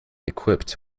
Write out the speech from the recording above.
equipped